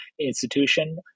institution